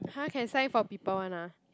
!huh! can sign for people [one] ah